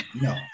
No